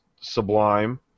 sublime